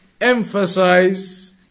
Emphasize